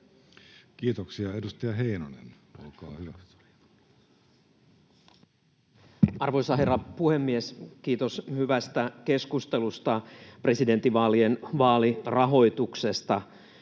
Kiitoksia. — Edustaja Heinonen, olkaa hyvä. Arvoisa herra puhemies! Kiitos hyvästä keskustelusta presidentinvaalien vaalirahoituksesta.